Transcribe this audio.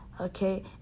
Okay